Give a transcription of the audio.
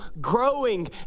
growing